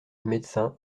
médecin